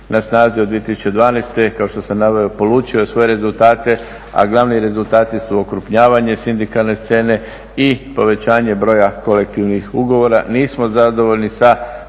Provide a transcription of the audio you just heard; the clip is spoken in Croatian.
na snazi od 2012.kao što sam naveo, polučio svoje rezultate, a glavni rezultati su okrupnjavanje sindikalne scene i povećanje broja kolektivnih ugovora. Nismo zadovoljni sa